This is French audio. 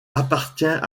appartient